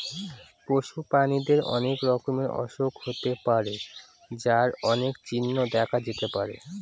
পশু প্রাণীদের অনেক রকমের অসুখ হতে পারে যার অনেক চিহ্ন দেখা যেতে পারে